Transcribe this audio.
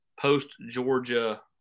post-Georgia